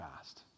fast